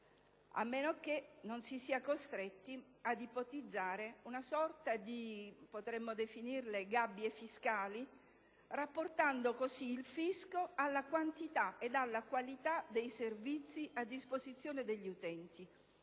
a meno che non si sia costretti a ipotizzare una sorta di gabbie fiscali, rapportando così il fisco alla quantità e qualità dei servizi a disposizione degli utenti